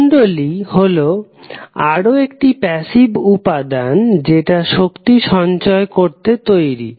কুণ্ডলী হলো আরও একটি প্যাসিভ উপাদান যেটা শক্তি সঞ্চয় করতে তৈরি